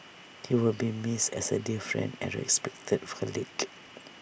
he will be missed as A dear friend and respected colleague